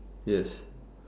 yes